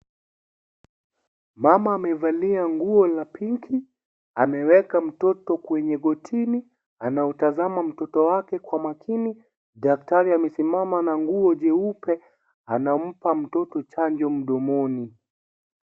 Mama amevalia nguo la pinki, ameweka mtoto kwenye gotini, anautazama mtoto wake kwa makini, daktari amesimama na nguo cheupe